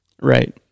Right